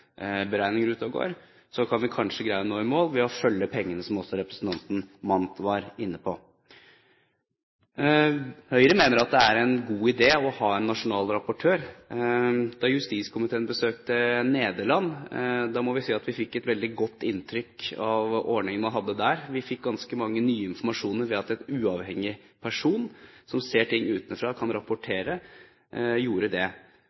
kan vi kanskje nå våre mål ved å følge pengene, som også representanten Mandt var inne på. Høyre mener at det er en god idé å ha en nasjonal rapportør. Da justiskomiteen besøkte Nederland, må jeg si at vi fikk et veldig godt inntrykk av ordningen man hadde der. Vi fikk ganske mye ny informasjon – at en uavhengig person som ser ting utenfra og kan rapportere, gjør det.